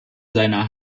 seiner